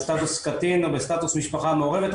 בסטטוס קטין או בסטטוס משפחה מעורבת,